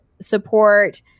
support